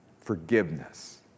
Forgiveness